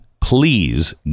please